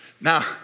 Now